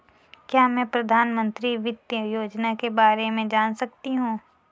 क्या मैं प्रधानमंत्री वित्त योजना के बारे में जान सकती हूँ?